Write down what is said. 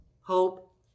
hope